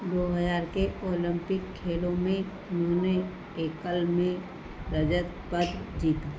दो हज़ार के ओलंपिक खेलों में उन्होंने एकल में रजत पद जीता